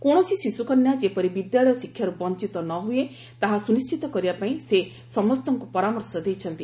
କୌଣସି ଶିଶୁକନ୍ୟା ଯେପରି ବିଦ୍ୟାଳୟ ଶିକ୍ଷାରୁ ବଞ୍ଚତ ନହୁଏ ତାହା ସୁନିଶିତ କରିବା ପାଇଁ ସେ ସମସ୍ତଙ୍କ ପରାମର୍ଶ ଦେଇଛନ୍ତି